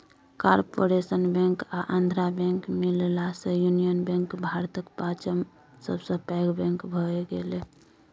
corporation bank आ Andhra bank मिललासँ union bank भारतक पाँचम सबसँ पैघ बैंक भए गेलै